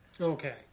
Okay